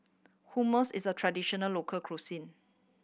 hummus is a traditional local cuisine